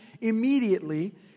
immediately